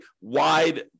wide